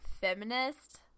feminist